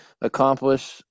accomplish